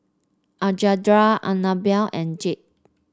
Alejandra Anibal and Jude